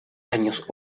años